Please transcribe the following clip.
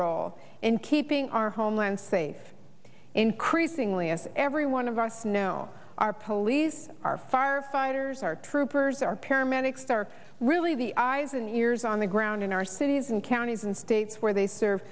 role in keeping our homeland safe increasingly as every one of our snow our police our firefighters our troopers our paramedics are really the eyes and ears on the ground in our cities and counties and states where